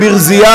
מה הבעיה?